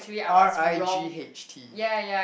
R_I_G_H_T